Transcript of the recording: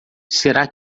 será